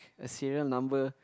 a serial number